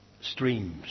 streams